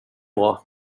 bra